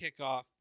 kickoff